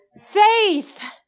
faith